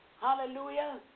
Hallelujah